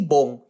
Bong